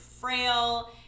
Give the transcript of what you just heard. frail